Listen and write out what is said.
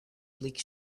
bleak